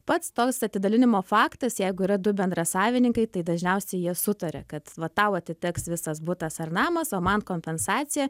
pats toks atidalinimo faktas jeigu yra du bendrasavininkai tai dažniausiai jie sutaria kad va tau atiteks visas butas ar namas o man kompensacija